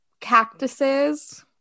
cactuses